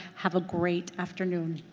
have a great afternoon.